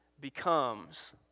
becomes